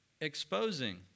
exposing